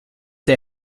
der